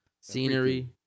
scenery